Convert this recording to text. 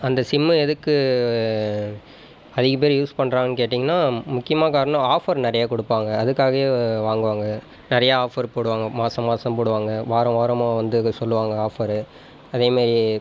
அந்த சிம்மை எதுக்கு அதிக பேர் யூஸ் பண்ணுறாங்கனு கேட்டீங்கன்னால் முக்கியமான காரணம் ஆஃபர் நிறையா கொடுப்பாங்க அதுக்காகவே வாங்குவாங்க நிறையா ஆஃபர் போடுவாங்க மாதம் மாதம் போடுவாங்க வாரம் வாரமும் வந்து சொல்லுவாங்க ஆஃபர் அதே மாரி